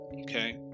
okay